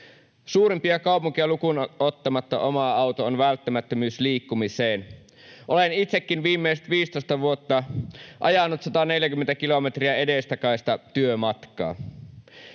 Suurimpia kaupunkeja lukuun ottamatta oma auto on välttämättömyys liikkumiseen. Olen itsekin viimeiset 15 vuotta ajanut 140 kilometrin edestakaista työmatkaa.